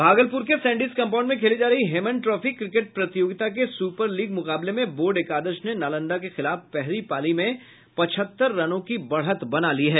भागलपुर के Sandis compound में खेली जा रही हेमन ट्रॉफी क्रिकेट प्रतियोगिता के सुपर लीग मुकाबले में बोर्ड एकादश ने नालंदा के खिलाफ पहली पारी में पचहत्तर रनों की बढ़त बना ली है